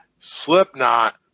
Slipknot